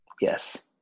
Yes